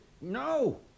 No